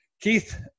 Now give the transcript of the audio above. Keith